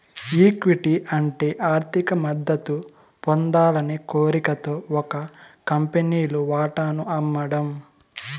equity అంటే ఆర్థిక మద్దతు పొందాలనే కోరికతో ఒక కంపెనీలు వాటాను అమ్మడం